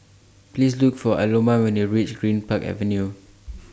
Please Look For Aloma when YOU REACH Greenpark Avenue